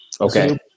Okay